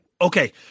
okay